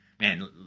man